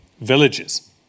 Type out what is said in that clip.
villages